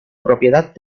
propiedad